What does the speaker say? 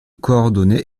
coordonnées